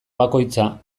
bakoitza